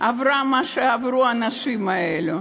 עברה מה שעברו האנשים האלו.